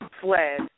fled